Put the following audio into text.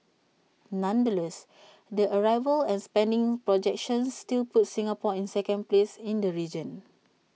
nonetheless the arrivals and spending projections still put Singapore in second place in the region